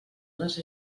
les